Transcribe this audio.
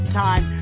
time